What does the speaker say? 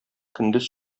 көндез